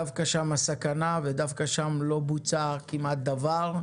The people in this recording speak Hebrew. דווקא שם הסכנה ודווקא שם לא בוצע כמעט דבר.